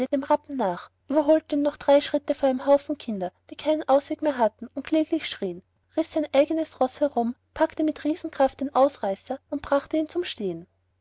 nach überholte ihn noch drei schritte vor einem haufen kinder die keinen ausweg mehr hatten und kläglich schrien riß sein eigenes roß herum packte mit riesenkraft den ausreißer und brachte ihn zum stehen